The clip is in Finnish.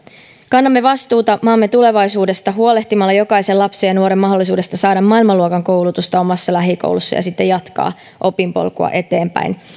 kannamme vastuuta maamme tulevaisuudesta huolehtimalla jokaisen lapsen ja nuoren mahdollisuudesta saada maailmanluokan koulutusta omassa lähikoulussa ja siten jatkaa opinpolkua eteenpäin